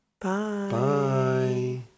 Bye